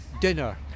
dinner